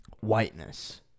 whiteness